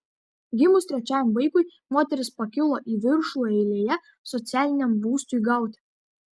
gimus trečiajam vaikui moteris pakilo į viršų eilėje socialiniam būstui gauti